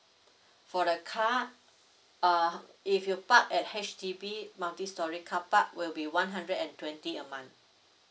for the car uh if you park at H_D_B multi storey car park will be one hundred and twenty a month